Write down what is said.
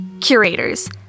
Curators